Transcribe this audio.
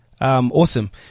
Awesome